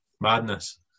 Madness